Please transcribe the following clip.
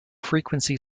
frequency